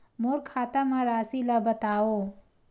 मोर खाता म राशि ल बताओ?